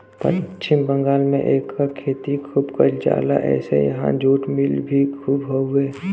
पश्चिम बंगाल में एकर खेती खूब कइल जाला एसे उहाँ जुट मिल भी खूब हउवे